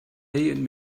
and